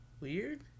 Weird